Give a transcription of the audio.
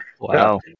Wow